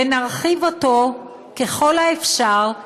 ונרחיב אותו ככל האפשר,